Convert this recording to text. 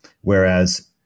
Whereas